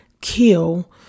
kill